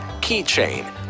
keychain